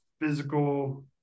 physical